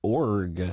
org